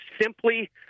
simply